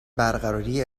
برقراری